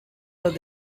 los